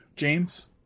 James